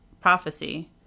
prophecy